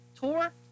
Tour